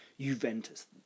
Juventus